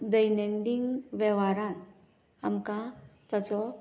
दैनंदीन वेवहारान आमकां ताचो